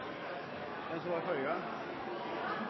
en legemiddelmelding som var